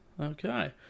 Okay